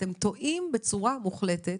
אתם טועים בצורה מוחלטת,